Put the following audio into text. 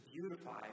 beautify